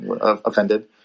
offended